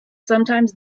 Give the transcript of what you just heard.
sometimes